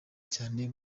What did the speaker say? cyane